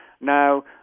Now